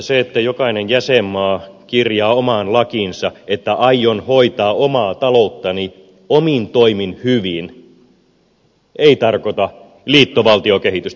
se että jokainen jäsenmaa kirjaa omaan lakiinsa että aion hoitaa omaa talouttani omin toimin hyvin ei tarkoita liittovaltiokehitystä